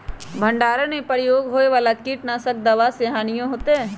भंडारण में प्रयोग होए वाला किट नाशक दवा से कोई हानियों होतै?